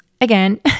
again